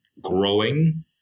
growing